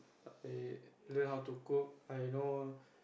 I learn how to cook I know